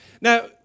Now